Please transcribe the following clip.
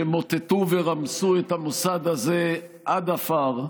שמוטטו ורמסו את המוסד הזה עד עפר,